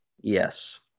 Yes